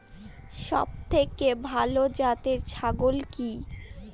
সবথেকে ভালো জাতের ছাগল কি?